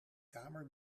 kamer